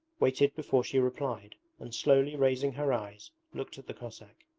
waited before she replied, and slowly raising her eyes looked at the cossack.